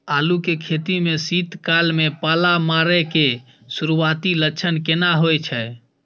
आलू के खेती में शीत काल में पाला मारै के सुरूआती लक्षण केना होय छै?